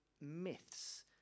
myths